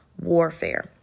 warfare